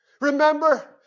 Remember